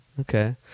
Okay